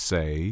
Say